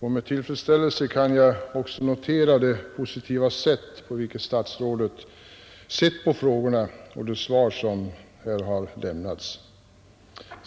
Med tillfredsställelse kan jag också notera det positiva sätt på vilket statsrådet bedömt frågorna i det svar som lämnats.